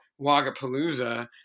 Wagapalooza